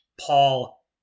Paul